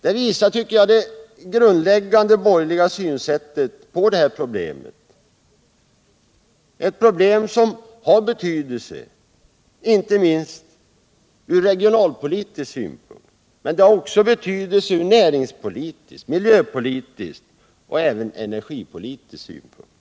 Det visar, tycker jag, det grundläggande borgerliga synsättet på ett problem som har betydelse framför allt ur regionalpolitisk synpunkt men också ur näringspolitisk, miljöpolitisk och energipolitisk synpunkt.